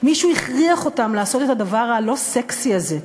מישהו הכריח אותם לעשות את הדבר הלא-סקסי הזה,